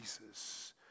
Jesus